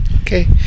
Okay